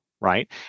right